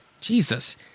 Jesus